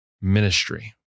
ministry